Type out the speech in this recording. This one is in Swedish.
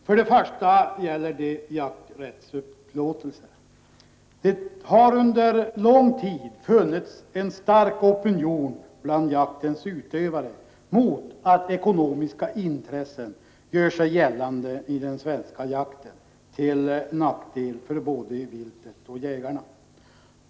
För det första gäller en reservation jakträttsupplåtelser. Det har under lång tid bland jaktens utövare funnits en stark opinion mot att ekonomiska intressen gör sig gällande i den svenska jakten, till nackdel för både viltet och jägarna.